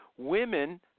women